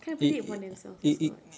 kind of put it upon themselves also [what]